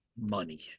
money